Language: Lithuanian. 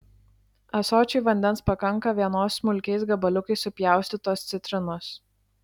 ąsočiui vandens pakanka vienos smulkiais gabaliukais supjaustytos citrinos